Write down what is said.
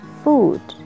food